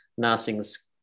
Narsing's